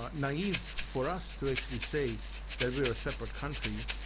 ah naive for us to actually say that we're a separate country,